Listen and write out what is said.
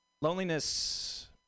Loneliness